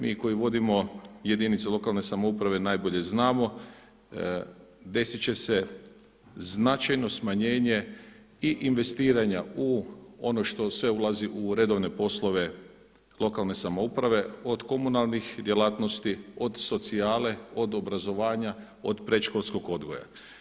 Mi koji vodimo jedinice lokalne samouprave najbolje znamo, desit će se značajno smanjenje i investiranja u ono što sve ulazi u redovne poslove lokalne samouprave od komunalnih djelatnosti, od socijale, od obrazovanja, od predškolskog odgoja.